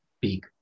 big